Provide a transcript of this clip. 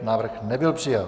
Návrh nebyl přijat.